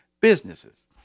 businesses